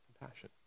Compassion